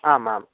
आम् आम्